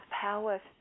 power